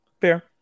Fair